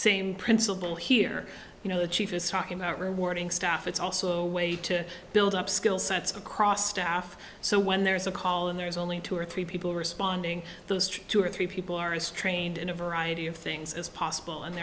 same principle here you know the chief is talking about rewarding staff it's also a way to build up skill sets across staff so when there is a call and there is only two or three people responding those two or three people are as trained in a variety of things as possible and